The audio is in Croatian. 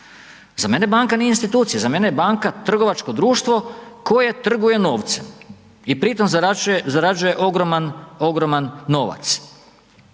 za mene banka nije institucija, za mene je banka trgovačko društvo koje trguje novce i pritom zarađuje ogroman novac.